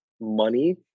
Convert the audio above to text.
money